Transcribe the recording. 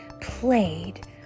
played